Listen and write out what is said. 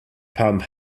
pump